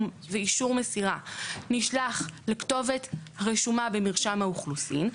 ואישור מסירה נשלח לכתובת רשומה במרשם האוכלוסין,